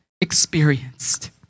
experienced